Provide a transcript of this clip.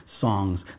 songs